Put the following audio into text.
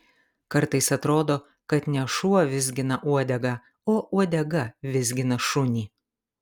kartais atrodo kad ne šuo vizgina uodegą o uodega vizgina šunį